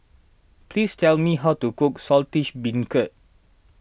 please tell me how to cook Saltish Beancurd